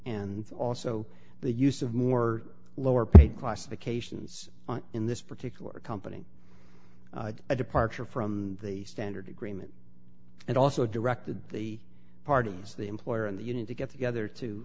and also the use of more lower paid classifications in this particular company a departure from the standard agreement and also directed the parties the employer and the union to get together to